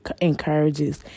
encourages